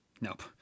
nope